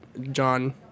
John